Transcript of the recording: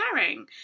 sharing